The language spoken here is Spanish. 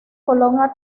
color